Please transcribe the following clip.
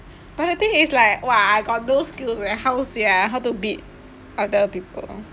but the thing is like !wah! I got no skills eh how sia how to beat other people